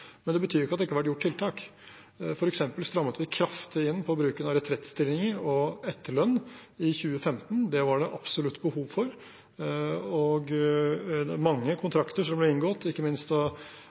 Men det betyr ikke at det ikke har vært gjort tiltak. For eksempel strammet vi kraftig inn på bruken av retrettstillinger og etterlønn i 2015. Det var det absolutt behov for. Mange kontrakter som ble inngått, ikke minst